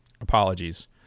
apologies